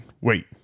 wait